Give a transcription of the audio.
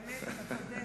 באמת אתה צודק.